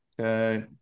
Okay